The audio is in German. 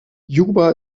juba